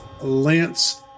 Lance